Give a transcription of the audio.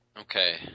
Okay